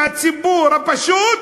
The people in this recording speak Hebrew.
הציבור הפשוט,